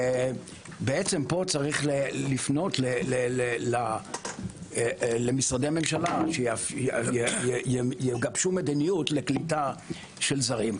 פה צריך לפנות למשרדי הממשלה שיגבשו מדיניות לקליטה של זרים.